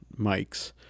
mics